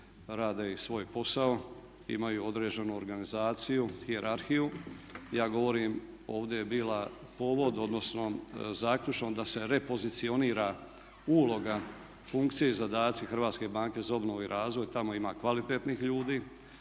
rade svoj posao, imaju određenu organizaciju, hijerarhiju. Ja govorim, ovdje je bila povod odnosno zaključno da se repozicionira uloga, funkcije i zadatci Hrvatske banke za obnovu i razvoj. Tamo ima kvalitetnih ljudi.